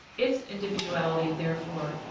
its individuality, therefore,